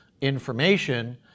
information